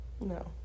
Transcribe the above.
No